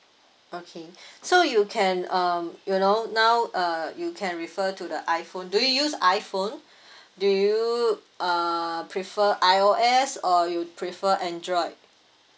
okay so you can um you know now uh you can refer to the iphone do you use iphone do you uh prefer I_O_S or you prefer android